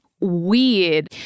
weird